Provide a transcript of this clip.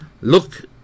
look